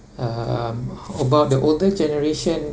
um about the older generation